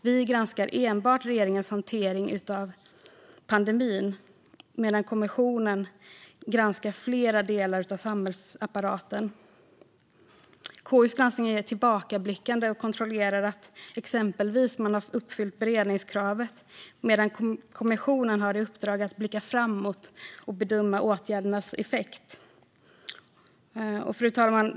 Vi granskar enbart regeringens hantering av pandemin, medan kommissionen granskar flera delar av samhällsapparaten. KU:s granskning är tillbakablickande och kontrollerar exempelvis att man uppfyllt beredningskravet, medan kommissionen har i uppdrag att blicka framåt och bedöma åtgärdernas effekt. Fru talman!